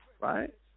Right